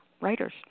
writers